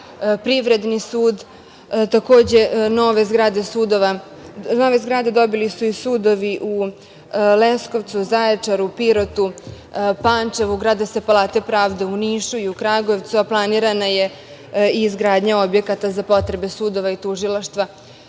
Privredni sud. Takođe, nove zgrade dobili su i sudovi u Leskovcu, Zaječaru, Pirotu, Pančevu. Grade se palate pravde i u Nišu, Kragujevcu, a planirana je i izgradnja objekata za potrebe sudova i tužilaštava